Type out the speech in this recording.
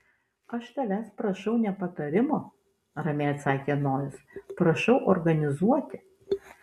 aš tavęs prašau ne patarimo ramiai atsakė nojus prašau organizuoti